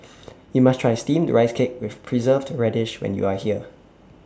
YOU must Try Steamed Rice Cake with Preserved Radish when YOU Are here